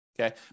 okay